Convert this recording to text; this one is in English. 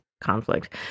conflict